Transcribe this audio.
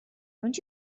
don’t